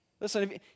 Listen